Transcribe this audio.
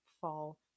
fall